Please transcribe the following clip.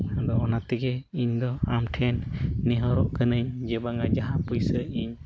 ᱟᱫᱚ ᱚᱱᱟ ᱛᱮᱜᱮ ᱤᱧᱫᱚ ᱟᱢ ᱴᱷᱮᱱ ᱱᱮᱦᱚᱨᱚᱜ ᱠᱟᱹᱱᱟᱹᱧ ᱡᱮ ᱵᱟᱝᱟ ᱡᱟᱦᱟᱸ ᱯᱩᱭᱥᱟᱹ ᱤᱧ